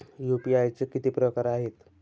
UPI चे किती प्रकार आहेत?